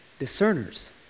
Discerners